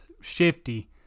shifty